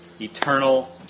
eternal